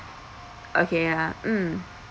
okay ah mm